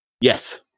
yes